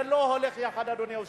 זה לא הולך יחד, אדוני היושב-ראש.